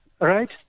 right